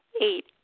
Eight